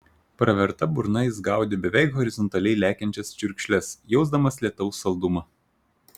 praverta burna jis gaudė beveik horizontaliai lekiančias čiurkšles jausdamas lietaus saldumą